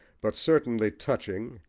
but certainly touching,